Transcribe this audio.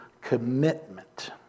commitment